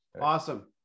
Awesome